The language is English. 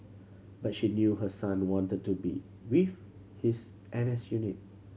but she knew her son wanted to be with his N S unit